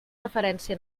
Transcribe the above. referència